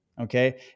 okay